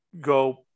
go